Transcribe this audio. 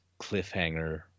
cliffhanger